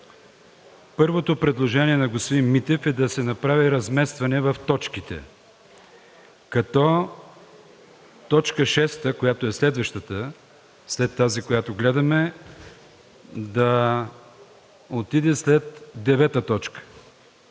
Първото предложение на господин Митев е да се направи разместване в точките, като т. 6, която е следващата след тази, която гледаме, да отиде след девета точка.